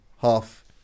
half